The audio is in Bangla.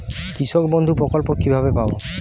কৃষকবন্ধু প্রকল্প কিভাবে পাব?